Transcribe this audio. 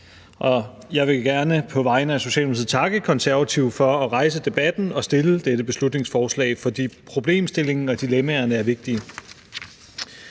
jeg vil gerne på vegne af Socialdemokratiet takke Konservative for at rejse debatten og stille dette beslutningsforslag, fordi problemstillingen og dilemmaerne er vigtige.